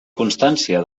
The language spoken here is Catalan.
constància